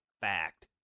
fact